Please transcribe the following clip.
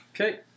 Okay